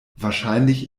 wahrscheinlich